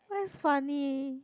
but it's funny